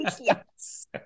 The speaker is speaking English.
Yes